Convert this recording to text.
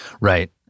Right